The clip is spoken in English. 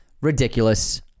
ridiculous